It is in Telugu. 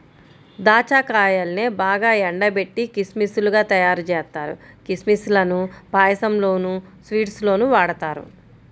దాచ్చా కాయల్నే బాగా ఎండబెట్టి కిస్మిస్ లుగా తయ్యారుజేత్తారు, కిస్మిస్ లను పాయసంలోనూ, స్వీట్స్ లోనూ వాడతారు